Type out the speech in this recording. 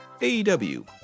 AEW